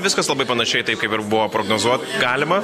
viskas labai panašiai taip kaip ir buvo prognozuoti galima